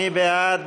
מי בעד?